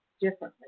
differently